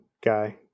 guy